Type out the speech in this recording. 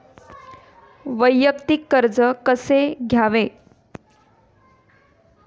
वैयक्तिक कर्ज कसे घ्यावे?